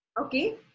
Okay